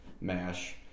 MASH